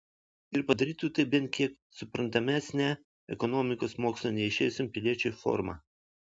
ir padarytų tai bent kiek suprantamesne ekonomikos mokslų neišėjusiam piliečiui forma